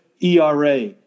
ERA